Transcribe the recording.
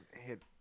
hit